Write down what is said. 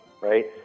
right